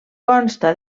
consta